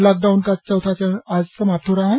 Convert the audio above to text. lockdown का चौथा चरण आज समाप्त हो रहा है